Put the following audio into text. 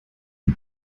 die